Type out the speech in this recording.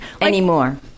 Anymore